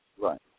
Right